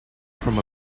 from